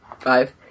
Five